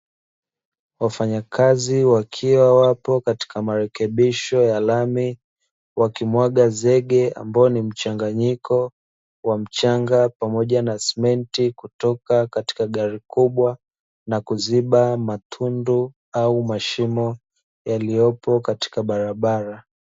Wafanyakazi wakiwa wapo katika marekebisho ya lami, wakimwaga zege ambao ni mchangayiko wa mchanga pamoja na simenti kutoka katika gari kubwa na kuziba matundu au mashimo yaliyopo katika barabara.